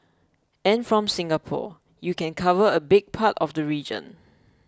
and from Singapore you can cover a big part of the region